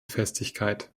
festigkeit